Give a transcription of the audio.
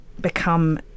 become